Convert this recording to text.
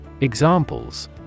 Examples